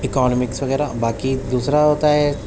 economics وغیرہ باقی دوسرا ہوتا ہے